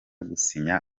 gusinya